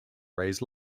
raise